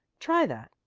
try that,